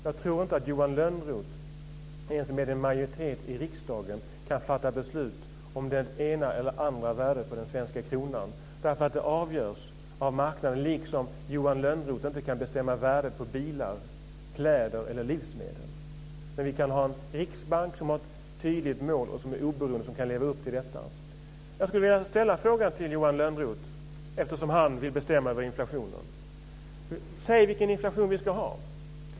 Jag tror inte att Johan Lönnroth ens med en majoritet i riksdagen kan fatta beslut om det ena eller det andra värdet på den svenska kronan. Det avgörs av marknaden, liksom Johan Lönnroth inte kan bestämma värdet på bilar, kläder eller livsmedel. Men vi kan ha en riksbank som har ett tydligt mål, som är oberoende och som kan leva upp till detta. Jag skulle vilja ställa en fråga till Johan Lönnroth eftersom han vill bestämma över inflationen. Säg vilken inflation vi ska ha.